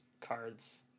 cards